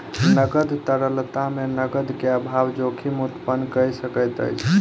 नकद तरलता मे नकद के अभाव जोखिम उत्पन्न कय सकैत अछि